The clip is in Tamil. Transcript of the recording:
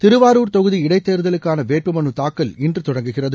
திருவாரூர் தொகுதி இடைத்தேர்தலுக்கான வேட்புமனு தாக்கல் இன்று தொடங்குகிறது